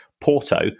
Porto